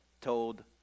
told